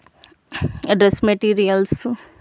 dress materials